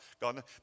God